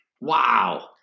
Wow